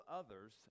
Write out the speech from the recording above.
others